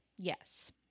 Yes